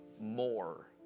more